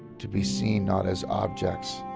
to be seen not as objects,